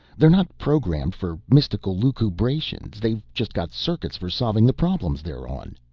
they're not programmed for mystical lucubrations. they've just got circuits for solving the problems they're on.